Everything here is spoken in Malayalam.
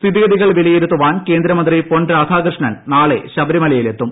സ്ഥിതിഗതികൾ വിലയിരുത്താൻ കേന്ദ്രമന്ത്രി പൊൻരാധാകൃഷ്ണൻ നാളെ ശബരിമലയിൽ എത്തും